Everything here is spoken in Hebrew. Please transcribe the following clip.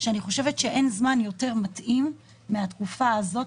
שאני חושבת שאין זמן יותר מתאים מהתקופה הזאת,